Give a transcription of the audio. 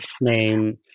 name